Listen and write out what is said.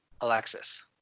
Alexis